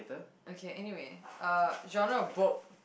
okay anyway uh genre of book